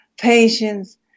patience